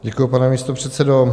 Děkuji, pane místopředsedo.